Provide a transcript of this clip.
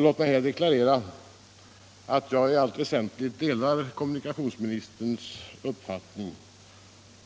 Låt mig här deklarera att jag i allt väsentligt delar kommunikationsministerns uppfattning